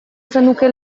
zenuke